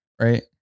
right